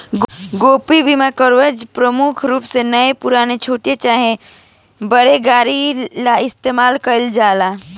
gap बीमा coverage मुख्य रूप से नया पुरान, छोट चाहे बड़ गाड़ी ला इस्तमाल कईल जाला